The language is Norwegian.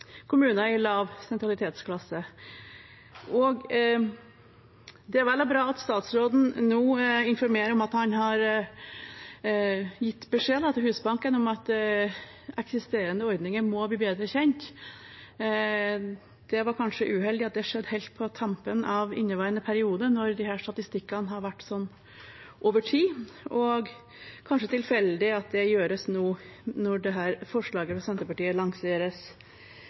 kommuner i lav sentralitetsklasse. Det er vel og bra at statsråden nå informerer om at han har gitt beskjed til Husbanken om at eksisterende ordninger må bli bedre kjent. Det er kanskje uheldig at det skjedde helt på tampen av inneværende periode når disse statistikkene har vært slik over tid, og kanskje tilfeldig at det gjøres nå når dette forslaget fra Senterpartiet lanseres.